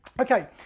Okay